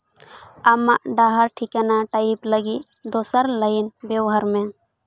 ᱟᱢᱟᱜ ᱰᱟᱦᱟᱨ ᱴᱷᱤᱠᱟᱱᱟ ᱴᱟᱭᱤᱯ ᱞᱟᱹᱜᱤᱫ ᱫᱚᱥᱟᱨ ᱞᱟᱭᱤᱯᱷ ᱵᱮᱵᱚᱦᱟᱨ ᱢᱮ